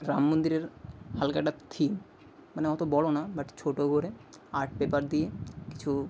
রাম মন্দিরের হালকা একটা থিম মানে অত বড় না বাট ছোট করে আর্ট পেপার দিয়ে কিছু